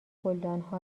گلدانها